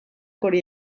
hori